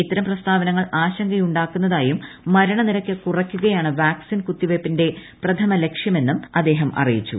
ഇത്തരം പ്രസ്താവനകൾ ആശങ്കയുണ്ടാക്കുന്നതായും മരണനിരക്ക് കുറയ്ക്കുകയാണ് വാക്സിൻ കുത്തിവയ്പ്പിന്റെ പ്രാഥമ ലക്ഷ്യമെന്നും ആരോഗൃമന്ത്രി അറിയിച്ചു